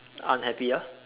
unhappy ya